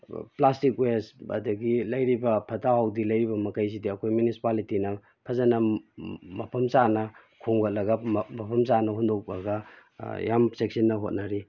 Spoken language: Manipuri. ꯄ꯭ꯂꯥꯁꯇꯤꯛ ꯋꯦꯁ ꯑꯗꯒꯤ ꯂꯩꯔꯤꯕ ꯐꯠꯇ ꯍꯥꯎꯗꯤ ꯂꯩꯔꯤꯕ ꯃꯈꯩꯁꯤꯗꯤ ꯑꯩꯈꯣꯏ ꯃꯤꯅꯤꯁꯤꯄꯥꯂꯤꯇꯤꯅ ꯐꯖꯅ ꯃꯐꯝ ꯆꯥꯅ ꯈꯣꯡꯒꯠꯂꯒ ꯃꯐꯝ ꯆꯥꯅ ꯍꯨꯟꯗꯣꯛꯄꯒ ꯌꯥꯝ ꯆꯦꯛꯁꯤꯟꯅ ꯍꯣꯠꯅꯔꯤ